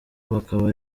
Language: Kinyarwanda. bakaba